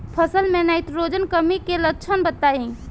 फसल में नाइट्रोजन कमी के लक्षण बताइ?